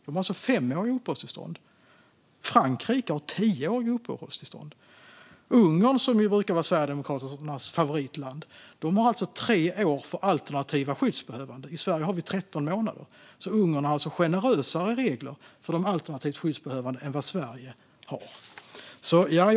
De har alltså femåriga uppehållstillstånd. Frankrike har tioåriga uppehållstillstånd. Ungern, som ju brukar vara Sverigedemokraternas favoritland, har tre år för alternativt skyddsbehövande. I Sverige har vi 13 månader. Ungern har alltså generösare regler för de alternativt skyddsbehövande än vad Sverige har.